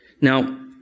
Now